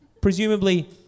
presumably